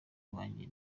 wanjye